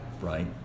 right